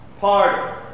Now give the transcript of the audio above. pardon